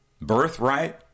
birthright